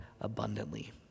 abundantly